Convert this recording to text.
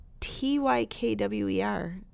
T-Y-K-W-E-R